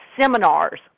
seminars